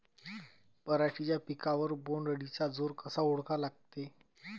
पराटीच्या पिकावर बोण्ड अळीचा जोर कसा ओळखा लागते?